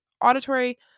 auditory